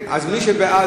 מי שבעד,